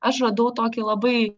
aš radau tokį labai